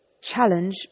challenge